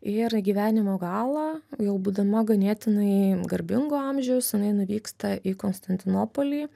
ir į gyvenimo galą jau būdama ganėtinai garbingo amžiaus jinai nuvyksta į konstantinopolį